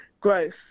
growth